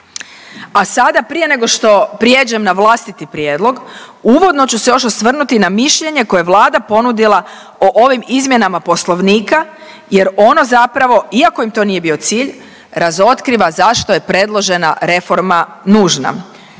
A sada prije nego što prijeđem na vlastiti prijedlog uvodno ću se još osvrnuti na mišljenje koje je Vlada ponudila o ovim izmjenama poslovnika jer ono zapravo, iako im to nije bio cilj, razotkriva zašto je predložena reforma nužna.